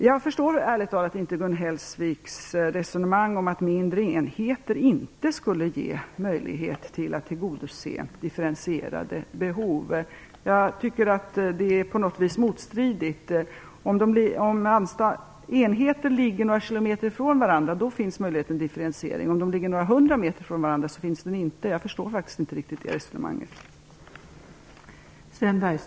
Ärligt talat förstår jag inte Gun Hellsviks resonemang om att mindre enheter inte skulle ge möjlighet att tillgodose differentierade behov. Jag tycker att det som här sägs på något vis är motstridigt - om enheter ligger några kilometer från varandra finns det möjlighet till differentiering, men om de ligger några hundra meter från varandra finns inte den möjligheten. Jag förstår faktiskt inte riktigt det resonemanget.